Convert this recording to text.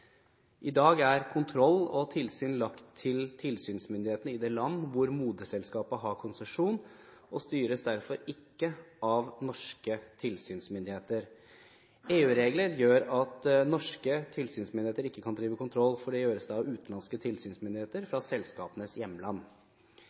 I dag er kontroll og tilsyn lagt til tilsynsmyndighetene i det land hvor moderselskapet har konsesjon, og styres derfor ikke av norske tilsynsmyndigheter. EU-regler gjør at norske tilsynsmyndigheter ikke kan drive kontroll, for det gjøres av utenlandske tilsynsmyndigheter